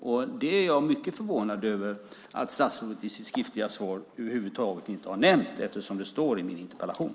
Jag är mycket förvånad över att statsrådet i sitt skriftliga svar över huvud taget inte har nämnt det eftersom det står i min interpellation.